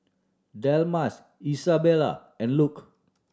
Delmas Isabella and Luke